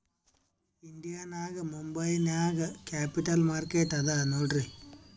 India ನಾಗ್ ಮುಂಬೈ ನಾಗ್ capital market ಅದಾ ನೋಡ್ರಿ